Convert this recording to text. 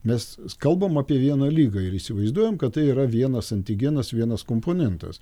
mes kalbam apie vieną ligą ir įsivaizduojam kad tai yra vienas antigenas vienas komponentas